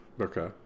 Okay